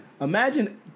Imagine